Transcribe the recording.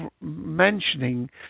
mentioning